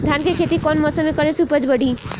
धान के खेती कौन मौसम में करे से उपज बढ़ी?